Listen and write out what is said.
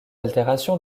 altération